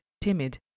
timid